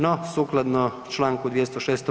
No, sukladno čl. 206.